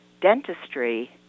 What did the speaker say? dentistry